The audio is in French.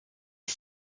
est